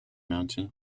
mountain